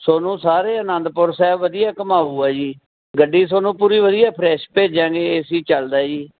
ਤੁਹਾਨੂੰ ਸਾਰੇ ਅਨੰਦਪੁਰ ਸਾਹਿਬ ਵਧੀਆ ਘੁੰਮਾਊਗਾ ਜੀ ਗੱਡੀ ਤੁਹਾਨੂੰ ਪੂਰੀ ਵਧੀਆ ਫਰੈਸ਼ ਭੇਜਾਂਗੇ ਏ ਸੀ ਚੱਲਦਾ ਜੀ